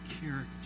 character